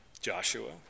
Joshua